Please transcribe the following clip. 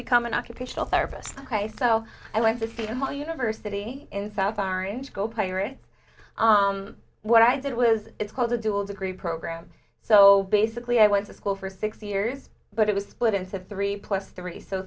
become an occupational therapist so i went to see one university in south orange go pirates what i did was it's called a dual degree program so basically i went to school for six years but it was split into three plus three so